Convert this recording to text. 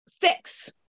fix